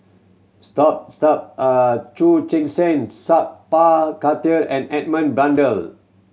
Chu Chen Seng Sat Pal Khattar and Edmund Blundell